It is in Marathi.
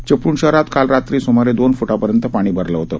चिपळूण शहरात काल रात्री सुमारे दोन फ्टांपर्यंत पाणी भरलं होतं